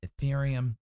Ethereum